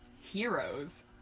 heroes